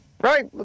Right